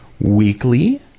weekly